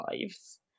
lives